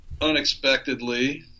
unexpectedly